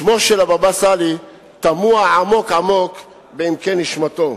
שמו של הבבא סאלי טבוע עמוק עמוק בעמקי נשמתו.